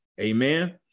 Amen